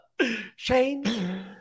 Shane